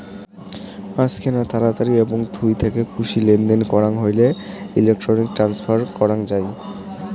আজকেনা তাড়াতাড়ি এবং থুই থেকে খুশি লেনদেন করাং হইলে ইলেক্ট্রনিক ট্রান্সফার করাং যাই